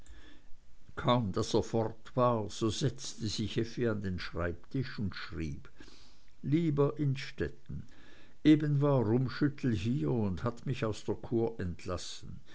kaum daß er fort war so setzte sich effi an den schreibtisch und schrieb lieber innstetten eben war rummschüttel hier und hat mich aus der kur entlassen